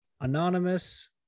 Anonymous